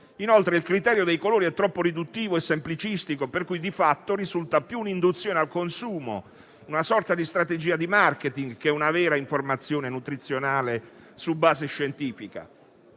Inoltre, il criterio dei colori è troppo riduttivo e semplicistico, per cui di fatto risulta più un'induzione al consumo, una sorta di strategia di *marketing*, che una vera informazione nutrizionale su base scientifica.